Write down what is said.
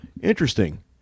interesting